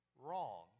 wrong